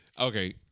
okay